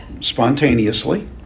spontaneously